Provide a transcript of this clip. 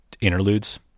interludes